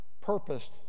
purposed